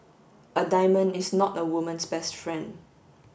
a diamond is not a woman's best friend